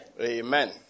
Amen